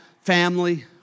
family